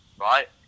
right